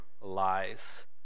lies